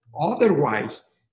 Otherwise